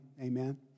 amen